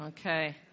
okay